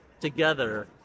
together